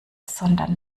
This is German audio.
sondern